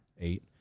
Eight